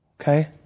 Okay